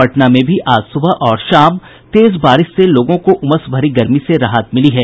पटना में भी आज सुबह और शाम हुई तेज बारिश से लोगों को उमस भरी गर्मी से राहत मिली है